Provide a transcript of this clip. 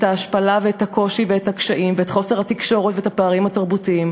את ההשפלה ואת הקושי ואת הקשיים ואת חוסר התקשורת ואת הפערים התרבותיים,